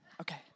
Okay